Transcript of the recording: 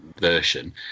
version